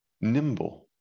nimble